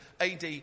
AD